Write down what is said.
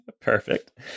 Perfect